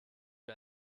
wir